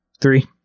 three